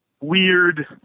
weird